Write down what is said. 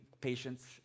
patients